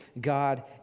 God